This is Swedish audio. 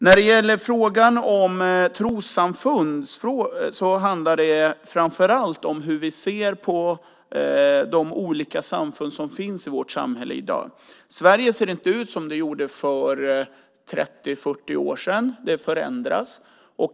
När det gäller frågan om trossamfund handlar det framför allt om hur vi ser på de olika samfund som finns i vårt samhälle i dag. Sverige ser inte ut som det gjorde för 30-40 år sedan; det förändras.